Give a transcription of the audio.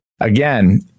again